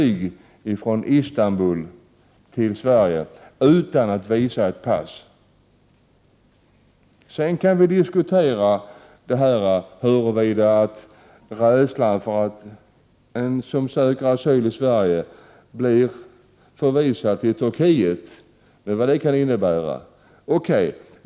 Och Ny uttäöringslag, när det gäller de människorna skall vi göra allt för att underlätta deras Istanbul till Sverige utan att visa ett pass. Sedan kan vi diskutera rädslan för Prot. 1988/89:125 att den som söker asyl i Sverige blir förvisad till Turkiet och vad det kan 31 maj 1989 innebära.